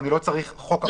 אני לא צריך חוק עכשיו.